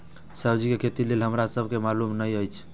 सब्जी के खेती लेल हमरा सब के मालुम न एछ?